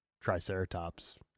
triceratops